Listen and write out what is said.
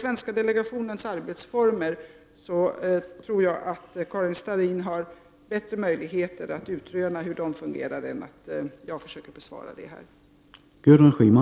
Jag tror att Karin Starrin har bättre möjligheter att utröna den svenska delegationens arbetsformer själv än att jag försöker besvara den frågan här.